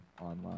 online